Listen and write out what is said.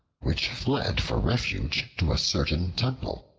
which fled for refuge to a certain temple.